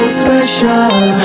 special